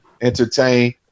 entertain